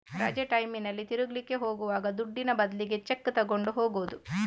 ರಜೆ ಟೈಮಿನಲ್ಲಿ ತಿರುಗ್ಲಿಕ್ಕೆ ಹೋಗುವಾಗ ದುಡ್ಡಿನ ಬದ್ಲಿಗೆ ಚೆಕ್ಕು ತಗೊಂಡು ಹೋಗುದು